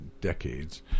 decades